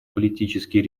политический